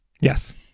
Yes